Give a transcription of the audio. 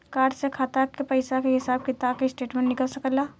Card से खाता के पइसा के हिसाब किताब के स्टेटमेंट निकल सकेलऽ?